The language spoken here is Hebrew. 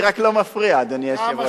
אני רק לא מפריע, אדוני היושב-ראש.